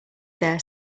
there